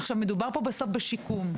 עכשיו מדובר פה בסוף בשיקום.